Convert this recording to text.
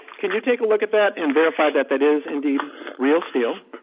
can you take a look at that and verify that that is indeed real steel?